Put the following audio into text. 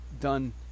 done